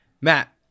matt